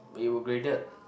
we were graded